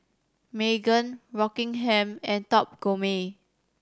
Megan Rockingham and Top Gourmet